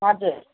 हजुर